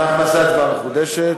אנחנו נעשה הצבעה מחודשת.